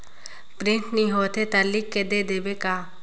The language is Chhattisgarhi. प्रिंट नइ होथे ता लिख के दे देबे का?